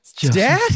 dad